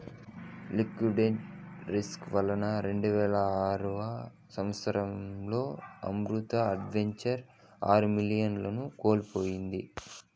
liquidity risk వల్ల రెండువేల ఆరవ సంవచ్చరంలో అమరత్ అడ్వైజర్స్ ఆరు మిలియన్లను కోల్పోయింది